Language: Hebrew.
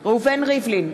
ראובן ריבלין,